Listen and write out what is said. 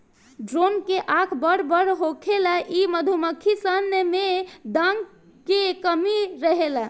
drone के आँख बड़ बड़ होखेला इ मधुमक्खी सन में डंक के कमी रहेला